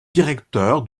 directeur